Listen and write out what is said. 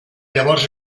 llavors